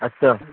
اچھا